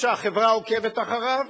שהחברה עוקבת אחריו,